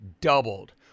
doubled